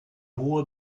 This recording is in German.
hohe